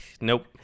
nope